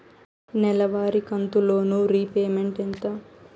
నెలవారి కంతు loan repayment ఎంత?